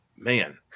Man